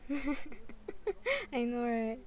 I know right